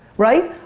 right?